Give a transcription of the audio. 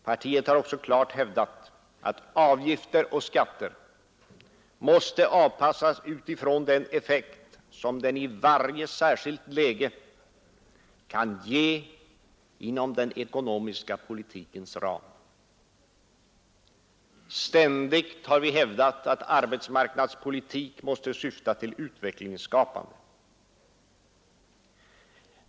Partiet har också klart hävdat att avgifter och skatter måste avpassas utifrån den effekt som de i varje särskilt läge kan ge inom den ekonomiska politikens ram. Ständigt har vi hävdat att arbetsmarknadspolitik måste syfta till utvecklingsskapande.